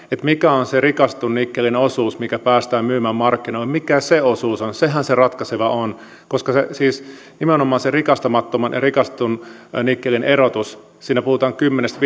mikä on se rikastetun nikkelin osuus mikä päästään myymään markkinoille mikä se osuus on sehän se ratkaiseva on koska siis nimenomaan se rikastamattoman ja rikastetun nikkelin erotus siinä puhutaan kymmenestä